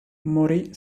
morì